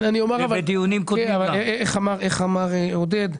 איך אמר עודד